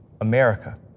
America